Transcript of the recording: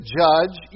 judge